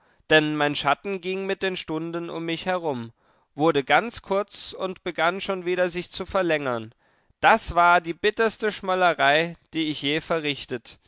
denn mein schatten ging mit den stunden um mich herum wurde ganz kurz und begann schon wieder sich zu verlängern das war die bitterste schmollerei die ich je verrichtet